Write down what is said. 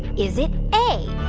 is it a,